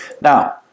Now